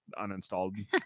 uninstalled